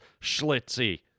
Schlitzie